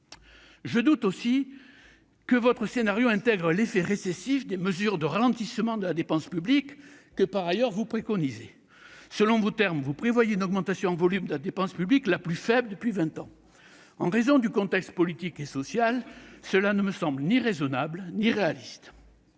Je doute aussi que votre scénario intègre l'effet récessif des mesures de ralentissement de la dépense publique que vous préconisez par ailleurs, monsieur le ministre. Selon vos termes, vous prévoyez l'augmentation en volume de la dépense publique la plus faible depuis vingt ans. En raison du contexte politique et social, cela ne semble ni raisonnable ni réaliste,